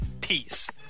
Peace